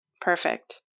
Perfect